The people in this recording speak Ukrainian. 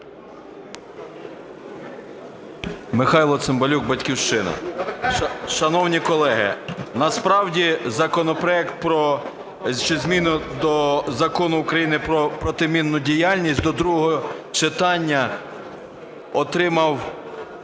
Михайло Цимбалюк, "Батьківщина". Шановні колеги, насправді законопроект про зміни до Закону України про протимінну діяльність до другого читання отримав